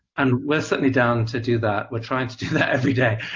and we're certainly down to do that. we're trying to do that every day.